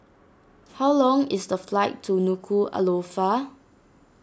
how long is the flight to Nuku'alofa